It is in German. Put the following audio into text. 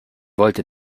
wollte